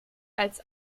als